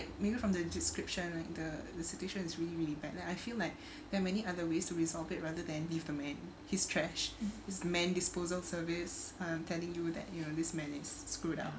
maybe from the description like the situations really really bad lah I feel like there are many other ways to resolve it rather than leave the man he's trash his men disposal service I'm telling you that you this man is screwed up